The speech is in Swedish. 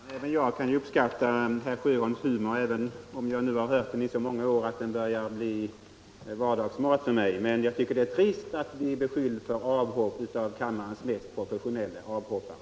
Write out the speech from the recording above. Herr talman! Även jag kan uppskatta herr Sjöholms humor, även om jag har lyssnat till den i så många år att den nu börjar bli vardagsmat för mig, men jag tycker däremot det är trist att bli beskylld för avhopp av kammarens mest professionelle avhoppare!